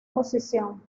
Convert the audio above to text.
posición